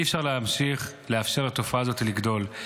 אי-אפשר להמשיך לאפשר לתופעה הזאת לגדול.